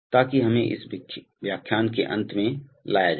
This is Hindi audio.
ताकि हमें इस व्याख्यान के अंत में लाया जाए